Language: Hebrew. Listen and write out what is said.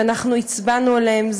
שאנחנו הצבענו עליהן.